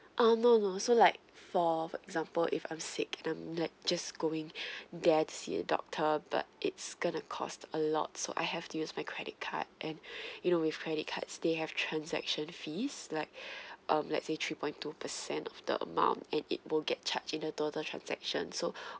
um no no also like for example if I'm sick and I'm like just going there to see a doctor but it's going to cost a lot so I have to use my credit card and you know with credit cards they have transaction fees like um let's say three point two percent of the amount and it will get charge in the total transaction so